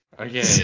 okay